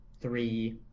three